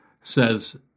says